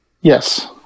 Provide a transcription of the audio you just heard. Yes